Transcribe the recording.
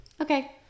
Okay